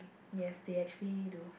yes they actually do